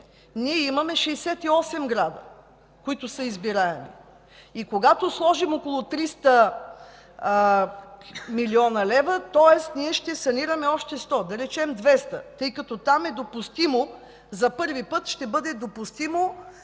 ние имаме 68 града, които са избираеми. Когато сложим около 300 млн. лв., ние ще санираме още 100, да речем 200, тъй като там е допустимо – за първи път ще бъде допустимо,